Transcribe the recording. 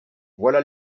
voilà